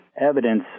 evidence